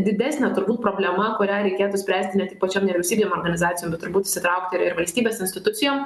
didesnė turbūt problema kurią reikėtų spręsti ne tik pačiom vyriausybinėm organizacijom bet turbūt įsitraukti ir ir valstybės institucijom